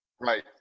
Right